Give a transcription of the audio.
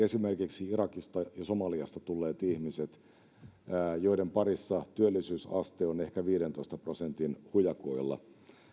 esimerkiksi irakista ja somaliasta tulleet ihmiset joiden parissa työllisyysaste on ehkä viidentoista prosentin hujakoilla